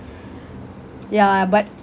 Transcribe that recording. ya but